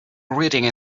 reading